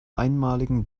einmaligen